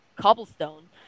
cobblestone